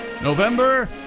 november